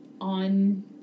on